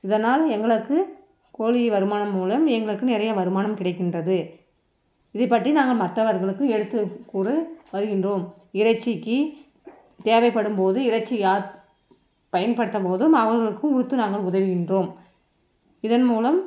இதனால் எங்களுக்கு கோழி வருமானம் மூலம் எங்களுக்கு நிறைய வருமானம் கிடைக்கின்றது இதை பற்றி நாங்கள் மற்றவர்களுக்கும் எடுத்துக் கூறி வருகின்றோம் இறைச்சிக்கு தேவைப்படும் போது இறைச்சி யார் பயன்படுத்தும் போது அவங்களுக்கு கொடுத்து நாங்கள் உதவுகின்றோம் இதன் மூலம்